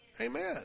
Amen